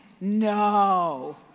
no